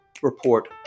report